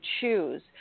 choose